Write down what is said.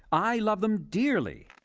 i love them dearly.